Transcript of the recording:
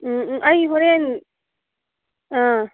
ꯎꯝ ꯎꯝ ꯑꯩ ꯍꯣꯔꯦꯟ ꯑꯥ